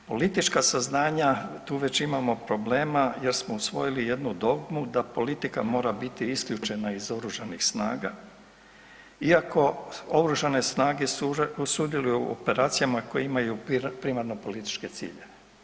Politička saznanja, tu već imamo problema jer smo usvojili jednu dogmu da politika mora biti isključena iz Oružanih snaga, iako OS sudjeluju u operacijama koje imaju primarno političke ciljeve.